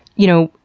you know,